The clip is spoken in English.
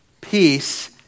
Peace